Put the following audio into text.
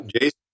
Jason